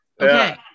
Okay